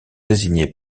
désignées